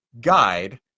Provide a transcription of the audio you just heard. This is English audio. guide